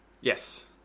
Yes